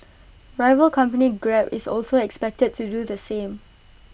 rival company grab is also expected to do the same